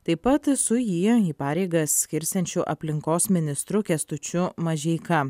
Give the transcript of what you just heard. taip pat su jį į pareigas skirsiančiu aplinkos ministru kęstučiu mažeika